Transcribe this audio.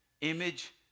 Image